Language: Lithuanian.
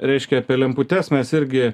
reiškia apie lemputes mes irgi